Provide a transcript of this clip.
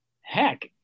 heck